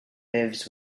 lives